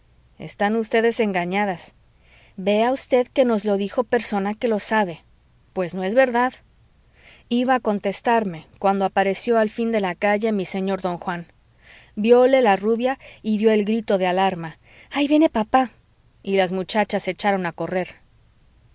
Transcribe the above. están ustedes engañadas vea usted que nos lo dijo persona que lo sabe pues no es verdad iba a contestarme cuando apareció al fin de la calle mi señor don juan vióle la rubia y dió el grito de alarma ahí viene papá y las muchachas echaron a correr